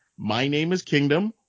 MyNameisKingdom